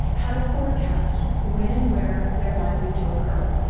how to forecast when and where they are likely to occur.